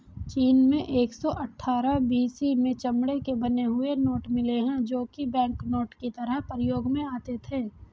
चीन में एक सौ अठ्ठारह बी.सी में चमड़े के बने हुए नोट मिले है जो की बैंकनोट की तरह प्रयोग में आते थे